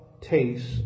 taste